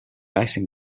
icing